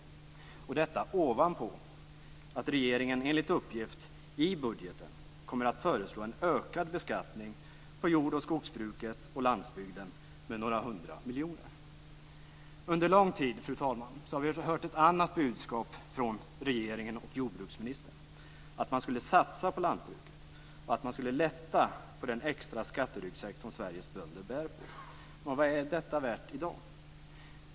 Detta sker ovanpå att regeringen enligt uppgift i budgeten kommer att föreslå en ökad beskattning av jord och skogsbruket och landsbygden med några hundra miljoner. Fru talman! Under lång tid har vi hört ett annat budskap från regeringen och jordbruksministern - att man skulle satsa på lantbruket och att man skulle lätta på den extra skatteryggsäck som Sveriges bönder bär på. Vad är detta värt i dag?